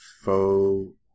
faux